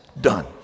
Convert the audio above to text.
done